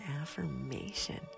affirmation